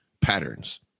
patterns